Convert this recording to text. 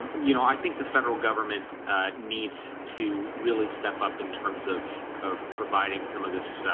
you know, i think the federal government, ah needs to really step up in terms of of providing some of this, ah,